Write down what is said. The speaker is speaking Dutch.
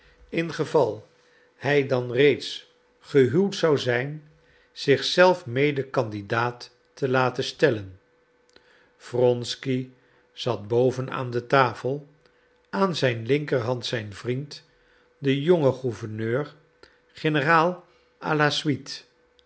geval hij dan reeds gehuwd zou zijn zich zelf mede candidaat te laten stellen wronsky zat boven aan de tafel aan zijn linkerhand zijn vriend de jonge gouverneur generaal